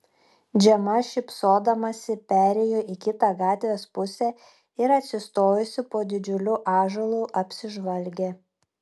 džema šypsodamasi perėjo į kitą gatvės pusę ir atsistojusi po didžiuliu ąžuolu apsižvalgė